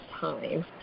time